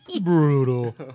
brutal